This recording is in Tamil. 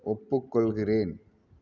ஒப்புக்கொள்கிறேன்